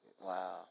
Wow